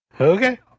Okay